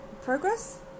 Progress